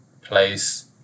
place